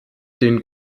den